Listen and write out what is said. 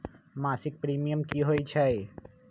मासिक प्रीमियम की होई छई?